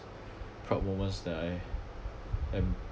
proud moments that I am